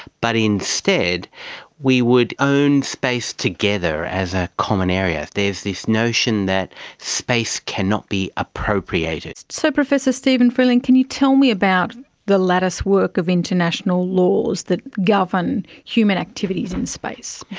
but instead we would own space together as a common area. there is this notion that space cannot be appropriated. so, professor steven freeland, can you tell me about the latticework of international laws that govern human activities in space?